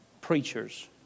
preachers